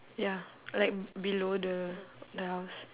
ya like below the the house